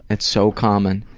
it's so common.